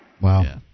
Wow